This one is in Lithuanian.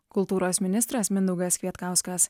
kultūros ministras mindaugas kvietkauskas